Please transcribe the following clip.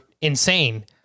insane